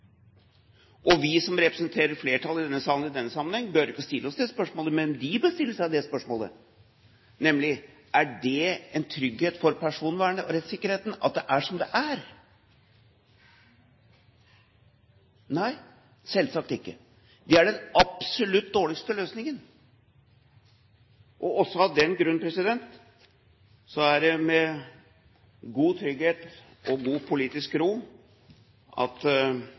er. Vi som representerer flertallet i denne salen i denne sammenheng, bør ikke stille oss spørsmålet, men de bør stille seg spørsmålet, nemlig: Er det en trygghet for personvernet og rettssikkerheten at det er som det er? Nei, selvsagt ikke. Det er den absolutt dårligste løsningen. Også av den grunn er det med god trygghet og god politisk ro at